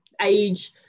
age